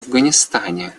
афганистане